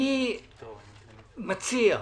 אני מציע,